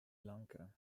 lanka